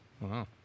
Wow